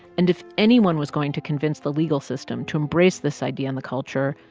and if anyone was going to convince the legal system to embrace this idea in the culture,